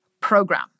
program